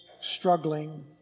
struggling